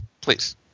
please